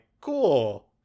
cool